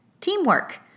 Teamwork